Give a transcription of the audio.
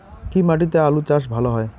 কি মাটিতে আলু চাষ ভালো হয়?